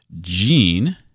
Gene